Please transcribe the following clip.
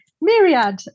myriad